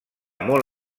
molt